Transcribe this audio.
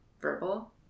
verbal